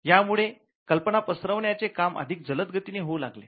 यामुळे कल्पनां पसरवण्याचे काम अधिक जलद गतीने होऊ लागले